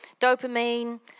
dopamine